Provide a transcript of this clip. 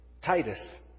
Titus